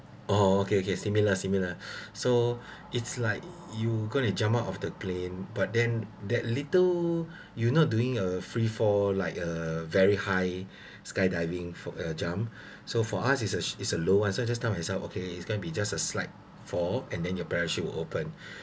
oh okay okay similar similar so it's like you going to jump out of the plane but then that little you not doing a free fall like uh very high skydiving for your jump so for us is a is a low [one] so I just tell myself okay is gonna be just a slight fall and then your parachute will open